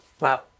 Wow